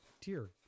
Dear